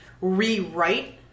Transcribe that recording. rewrite